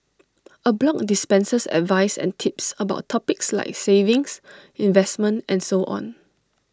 A blog dispenses advice and tips about topics like savings investment and so on